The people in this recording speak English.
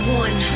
one